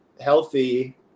healthy